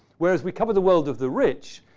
whereas we cover the world of the rich,